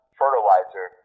fertilizer